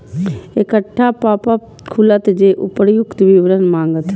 एकटा पॉपअप खुलत जे उपर्युक्त विवरण मांगत